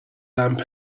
lamp